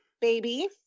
Baby